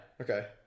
Okay